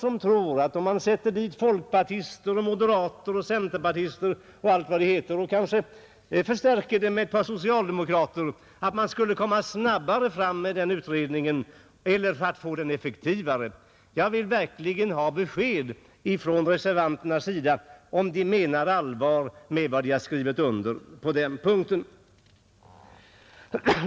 Om man satte dit folkpartister, moderater och centerpartister och förstärkte utredningen med ett par socialdemokrater, är det då någon som tror att utredningen skulle bli fortare färdig eller arbeta mera effektivt? Jag vill verkligen ha besked från reservanterna om de menar allvar med vad de har skrivit under på den punkten.